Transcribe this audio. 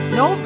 no